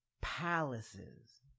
palaces